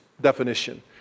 definition